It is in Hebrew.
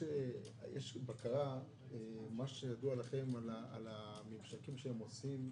האם יש בקרה על הממשקים שהם עושים?